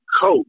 coach